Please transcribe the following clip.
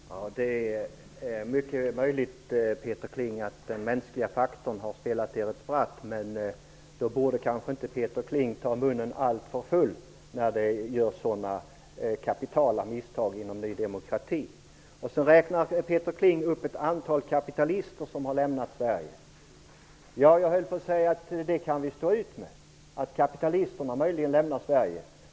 Herr talman! Det är mycket möjligt, Peter Kling, att den mänskliga faktorn har spelat er ett spratt. Men när sådana kapitala misstag görs inom Ny demokrati borde kanske inte Peter Kling ta munnen alltför full. Peter Kling räknade upp ett antal kapitalister som har lämnat Sverige. Jag höll på att säga att vi möjligen kan stå ut med att kapitalisterna lämnar Sverige.